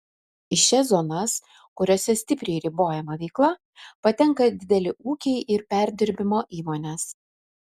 į šias zonas kuriose stipriai ribojama veikla patenka dideli ūkiai ir perdirbimo įmonės